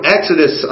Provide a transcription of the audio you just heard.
Exodus